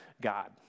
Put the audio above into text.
God